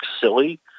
silly